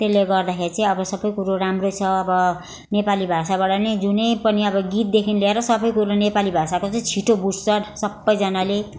त्यसले गर्दाखेरि चाहिँ अब सबै कुरो राम्रै छ अब नेपाली भाषाबाट नै जुनै पनि अब गीतदेखि लिएर सबै कुरो नेपाली भाषाको चाहिँ छिटो बुझ्छ सबैजनाले